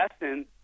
lesson